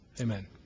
Amen